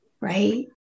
right